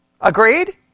Agreed